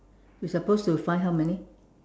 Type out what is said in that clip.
we supposed to find how many